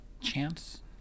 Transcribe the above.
chance